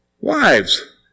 Wives